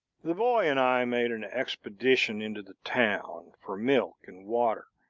the boy and i made an expedition into the town, for milk and water,